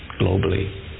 globally